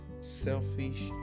selfish